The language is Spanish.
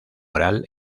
oral